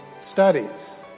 studies